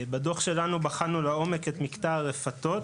בדוח שלנו בחנו לעומק את מקטע הרפתות,